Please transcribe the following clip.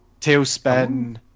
Tailspin